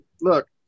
look